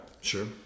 Sure